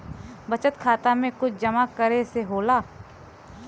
बचत खाता मे कुछ जमा करे से होला?